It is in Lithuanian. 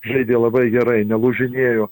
žaidė labai gerai nelūžinėjo